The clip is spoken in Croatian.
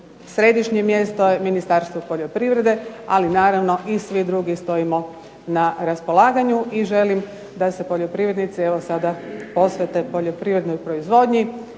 središnje mjesto je Ministarstvo poljoprivrede ali naravno i svi drugi stojimo na raspolaganju i želim da se poljoprivrednici evo sada posvete poljoprivrednoj proizvodnji,